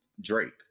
Drake